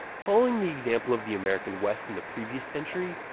following the example of the american west in the previous century,